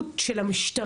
להתנהלות של המשטרה.